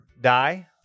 die